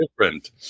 different